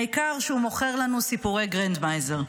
העיקר שהוא מוכר לנו סיפורי גרנדמייזר.